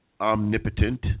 omnipotent